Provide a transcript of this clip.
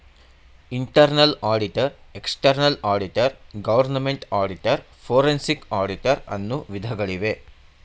internal auditor, external auditor, government auditor, forensic auditor, ಅನ್ನು ವಿಧಗಳಿವೆ